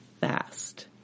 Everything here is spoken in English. fast